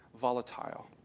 volatile